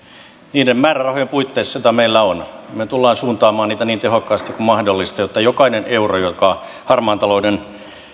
niiden määrärahojen puitteissa joita meillä on me tulemme suuntaamaan niitä niin tehokkaasti kuin mahdollista jotta jokaisella eurolla joka harmaan talouden